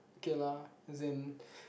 okay lah as in